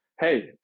hey